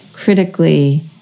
critically